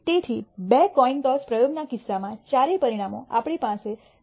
તેથી બે coin toss પ્રયોગના કિસ્સામાં ચારેય પરિણામો આપણી પાસે 0